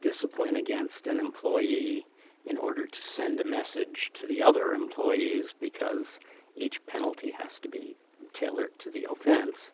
discipline against an employee in order to send a message to the other employees because each penalty has to be tailored to the offense.